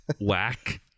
whack